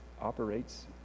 operates